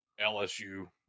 LSU